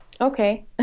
okay